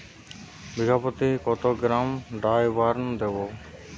বিঘাপ্রতি কত গ্রাম ডাসবার্ন দেবো?